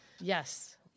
Yes